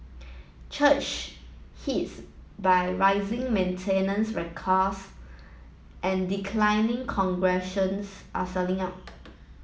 church hits by rising maintenance cost and declining congregations are selling up